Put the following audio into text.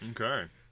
Okay